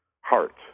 heart